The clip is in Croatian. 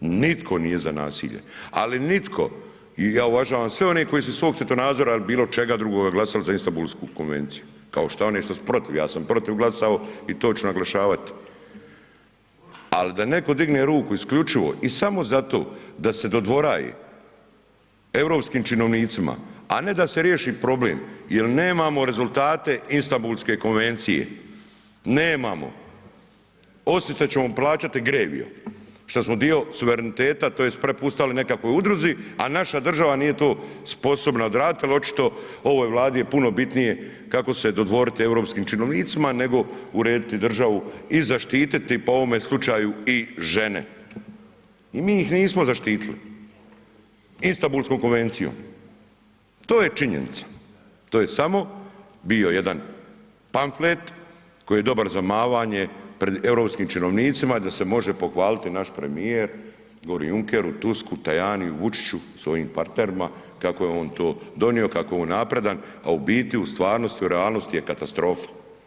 Nitko nije za nasilje, ali nitko i ja uvažam sve one koji su iz svog svjetonazora ili bilo čega drugoga glasali za Istambulsku konvenciju kao šta i oni koji su protiv, ja sam protiv glasao i to ću naglašavat, al da netko digne ruke isključivo i samo zato da se dodvoraje europskim činovnicima, a ne da se riješi problem jel nemamo rezultate Istambulske konvencije, nemamo, od sutra ćemo plaćati Greviju što smo dio suvereniteta tj. prepustali nekakvoj udruzi, a naša država nije to sposobna odradit jel očito ovoj Vladi je puno bitnije kako se dodvorit europskim činovnicima nego urediti državu i zaštiti po ovome slučaju i žene i mi ih nismo zaštitili Istambulskom konvencijom, to je činjenica, to je samo bio jedan pamflet koji je dobar za mavanje pred europskim činovnicima da se može pohvaliti naš premijer gori Junkeru, Tusku, Tajaniju, Vučiću, svojim partnerima kako je on to donio, kako je on napredan, a u biti, u stvarnosti, u realnosti je katastrofa.